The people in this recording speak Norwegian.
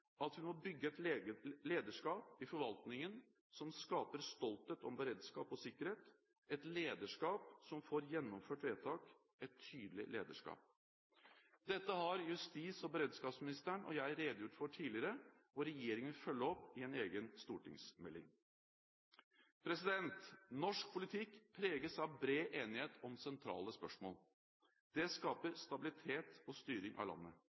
at vi må bygge et lederskap i forvaltningen som skaper stolthet om beredskap og sikkerhet, et lederskap som får gjennomført vedtak, et tydelig lederskap. Dette har justis- og beredskapsministeren og jeg redegjort for tidligere, og regjeringen vil følge opp med en egen stortingsmelding. Norsk politikk preges av bred enighet om sentrale spørsmål. Det skaper stabilitet i styringen av landet.